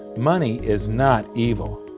money is not evil,